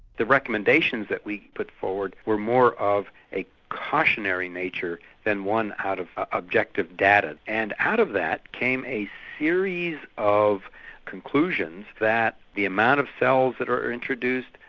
the recommendations that we put forward were more of a cautionary nature than one of objective data. and out of that came a series of conclusions that the amount of cells that are introduced,